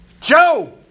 Joe